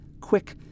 quick